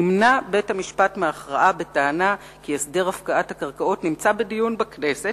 נמנע בית-המשפט מהכרעה בטענה כי הסדר הפקעת הקרקעות נמצא בדיון בכנסת,